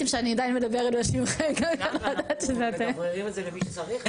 אנחנו מדבררים את זה למי שצריך,